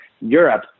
Europe